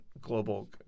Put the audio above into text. global